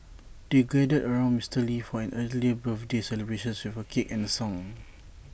they gathered around Mister lee for an early birthday celebrations with A cake and A song